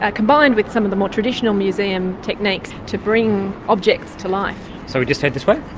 ah combined with some of the more traditional museum techniques to bring objects to life. so we just head this way?